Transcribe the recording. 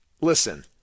Listen